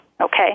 okay